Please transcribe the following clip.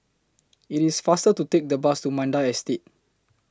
IT IS faster to Take The Bus to Mandai Estate